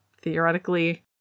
theoretically